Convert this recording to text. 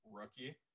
rookie